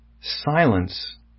silence